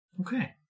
Okay